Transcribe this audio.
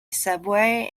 subway